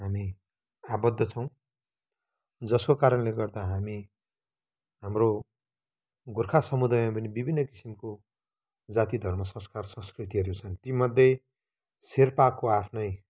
हामी आबद्ध छौँ जसको कारणले गर्दा हामी हाम्रो गोर्खा समुदायमा पनि विभिन्न किसिमको जाति धर्म संस्कार संस्कृतिहरू छन् तीमध्ये सेर्पाको आफ्नै